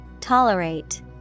Tolerate